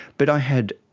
but i had,